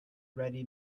ready